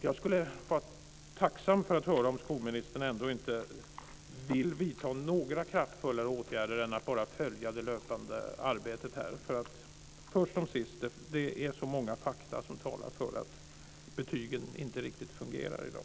Jag skulle vara tacksam över att få höra om skolministern ändå inte vill vidta några kraftfullare åtgärder än att bara följa det löpande arbetet. Först som sist: Det är många fakta som talar för att betygen inte riktigt fungerar i dag.